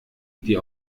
die